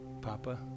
Papa